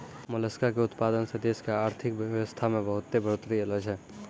मोलसका के उतपादन सें देश के आरथिक बेवसथा में बहुत्ते बढ़ोतरी ऐलोॅ छै